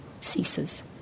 ceases